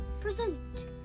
present